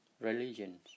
religions